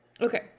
Okay